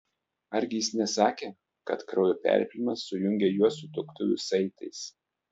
argi jis nesakė kad kraujo perpylimas sujungė juos sutuoktuvių saitais